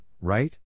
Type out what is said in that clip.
right